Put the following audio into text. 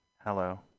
Hello